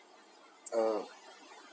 uh